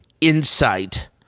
insight